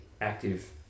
active